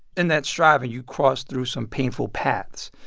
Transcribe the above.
in that striving, you crossed through some painful paths.